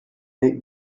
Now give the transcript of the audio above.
make